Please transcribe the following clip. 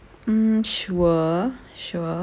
mm sure sure